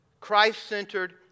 Christ-centered